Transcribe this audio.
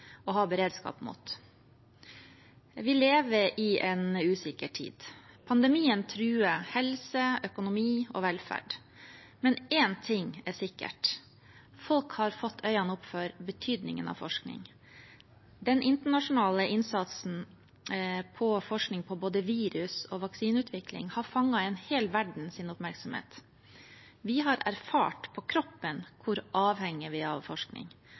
og ha beredskap mot. Vi lever i en usikker tid. Pandemien truer helse, økonomi og velferd. Men én ting er sikkert: Folk har fått opp øynene for betydningen av forskning. Den internasjonale innsatsen på forskning på både virus og vaksineutvikling har fanget en hel verdens oppmerksomhet. Vi har erfart på kroppen hvor avhengige vi